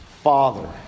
Father